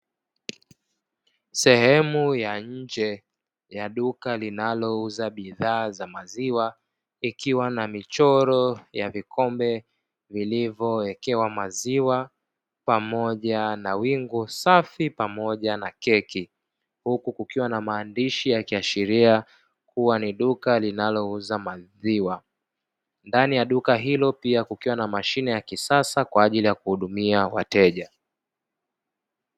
Sehemu ya nje ya duka linalouza bidhaa za maziwa, ikiwa na michoro ya vikombe vilivyowekewa maziwa pamoja na wingu safi pamoja na keki, huku kukiwa na maandishi yakiashiria kuwa ni duka linalouza maziwa. Ndani ya duka hilo pia, kukiwa na mashine ya kisasa kwa ajili ya kuhudumia wateja.